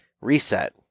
reset